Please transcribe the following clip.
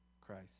Christ